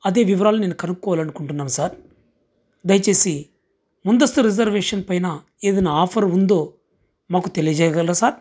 అదే వివ్రాలు నేను కనుక్కోవాలనుకుంటున్నాను సార్ దయచేసి ముందస్తు రిజర్వేషన్ పైన ఏదైనా ఆఫర్ ఉందో మాకు తెలియజేయగలరా సార్